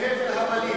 זה הבל הבלים.